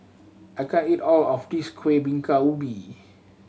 I can't eat all of this Kueh Bingka Ubi